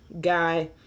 guy